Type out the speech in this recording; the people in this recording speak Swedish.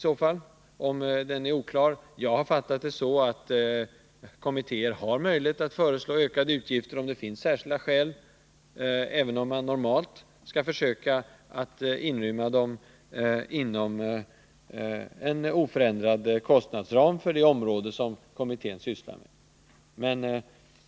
Jag har uppfattat det så, att kommittéer har möjlighet att föreslå ökade utgifter om det finns särskilda skäl, även om man normalt skall försöka inlemma dem inom en oförändrad kostnadsram för det område kommittén sysslar med.